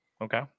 Okay